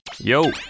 Yo